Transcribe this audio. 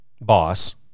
boss